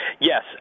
Yes